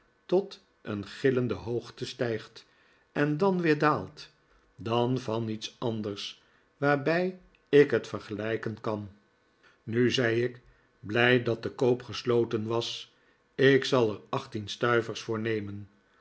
tot een gillende hoogte stijgt en dan weer daalt dan van iets anders waarbij ik het vergelijken kan nu zei ik blij dat de koop gesloten was ik zal er achttien stuivers voor